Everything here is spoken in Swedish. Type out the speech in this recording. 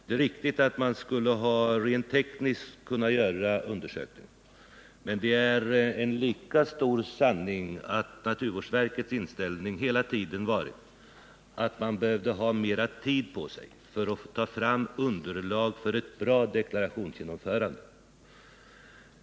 Det är riktigt att naturvårdsverket rent tekniskt skulle ha kunnat göra undersökningen, men det är också sant att naturvårdsverkets inställning hela tiden varit den att man behövde ha mer tid på sig för att ta fram underlag för ett gott genomförande av deklarationen.